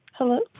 Hello